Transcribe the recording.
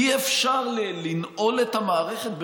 אי-אפשר לנעול את המערכת.